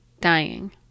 dying